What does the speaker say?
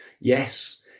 Yes